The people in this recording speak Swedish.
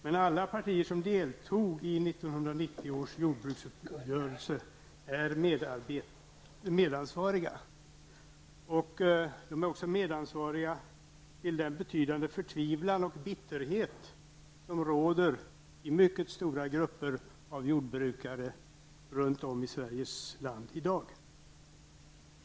Men alla partier som deltog i 1990 års jordbruksuppgörelse är medansvariga. De är också medansvariga till den betydande förtvivlan och bitterhet som råder i mycket stora grupper av jordbrukare runt om i Sveriges land i dag.